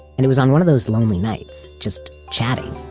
and it was on one of those lonely nights, just chatting,